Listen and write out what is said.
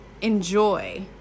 enjoy